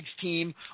team